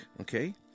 okay